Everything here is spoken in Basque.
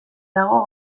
dago